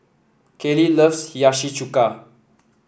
Kalie loves Hiyashi Chuka